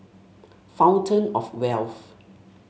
Fountain Of Wealth